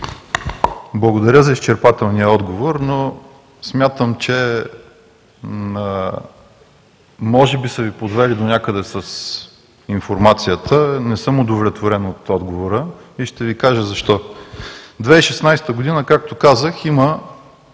благодаря за изчерпателния отговор, но смятам, че може би са Ви подвели донякъде с информацията. Не съм удовлетворен от отговора и ще Ви кажа защо. През 2016 г., както казах, има